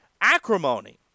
acrimony